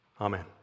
Amen